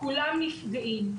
כולם נפגעים.